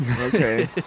okay